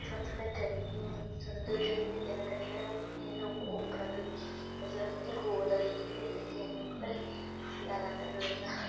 थोह्ड़ा थोह्डा़ा करियै दुद्ध दे कन्ने ओह्बी दिंदे लोक गौ दा दुद्ध दिंदे केंई लोक पर ज्यादातर लोक